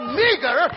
meager